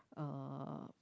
uh